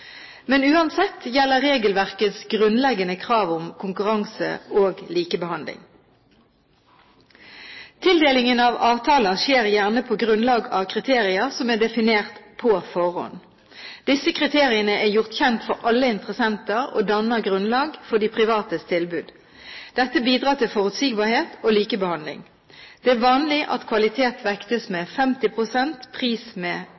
men uansett gjelder regelverkets grunnleggende krav om konkurranse og likebehandling. Tildelingen av avtaler skjer gjerne på grunnlag av kriterier som er definert på forhånd. Disse kriteriene er gjort kjent for alle interessenter og danner grunnlag for de privates tilbud. Dette bidrar til forutsigbarhet og likebehandling. Det er vanlig at kvalitet vektes med 50 pst., pris med